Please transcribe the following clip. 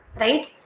right